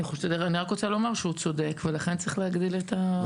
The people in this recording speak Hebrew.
אני רק רוצה לומר שהוא צודק ולכן צריך להגדיל את הכמויות.